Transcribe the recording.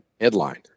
headline